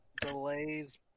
Delays